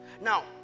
Now